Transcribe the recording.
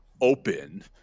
open